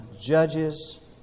Judges